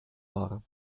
war